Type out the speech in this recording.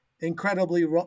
incredibly